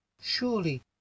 Surely